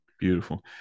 Beautiful